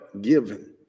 given